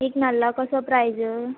एक नाल्ला कसो प्रायज